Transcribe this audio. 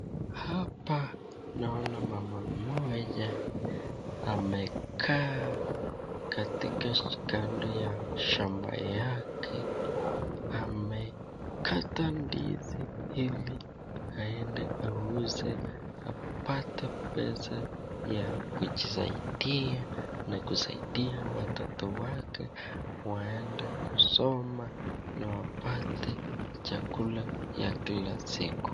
Hapa naona mama moja amekaa katika kando ya shamba yake amekata ndizi ili aende auze apate pesa ya kujisaidia na kusaidia watoto wake waende kusoma na wapate chakula ya kila siku.